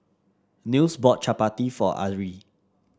Nils bought Chapati for Ari